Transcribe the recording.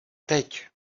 teď